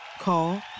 Call